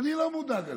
אני לא מודאג עלינו.